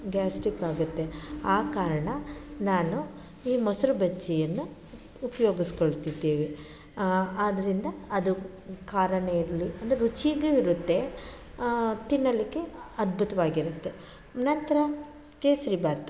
gastric ಆಗುತ್ತೆ ಆ ಕಾರಣ ನಾನು ಈ ಮೊಸರು ಬಜ್ಜಿಯನ್ನು ಉಪಯೋಗಿಸಿಕೊಳ್ತಿದ್ದೇವೆ ಆದ್ದರಿಂದ ಅದು ಖಾರವೇ ಇರಲಿ ಅಂದರೆ ರುಚಿಗೆ ಇರುತ್ತೆ ತಿನ್ನಲಿಕ್ಕೆ ಅದ್ಭುತವಾಗಿರುತ್ತೆ ನಂತರ ಕೇಸರಿ ಬಾತು